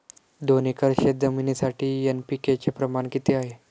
दोन एकर शेतजमिनीसाठी एन.पी.के चे प्रमाण किती आहे?